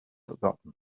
forgotten